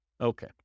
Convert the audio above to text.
Okay